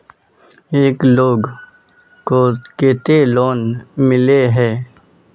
एक लोग को केते लोन मिले है?